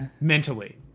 Mentally